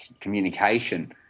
communication